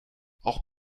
auch